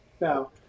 No